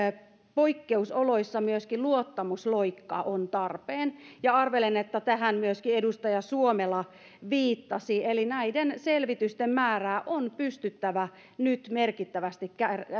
poikkeusoloissa myöskin luottamusloikka on tarpeen arvelen että tähän myöskin edustaja suomela viittasi eli näiden selvitysten määrää on pystyttävä nyt merkittävästi